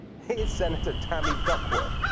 here senator tammy duckworth.